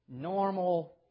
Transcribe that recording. normal